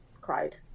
cried